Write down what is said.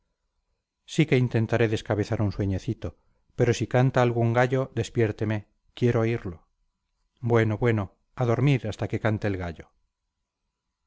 sí que intentaré descabezar un sueñecito pero si canta algún gallo despiérteme quiero oírlo bueno bueno a dormir hasta que cante el gallo